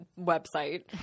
website